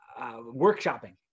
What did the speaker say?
workshopping